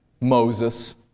Moses